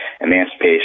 Emancipation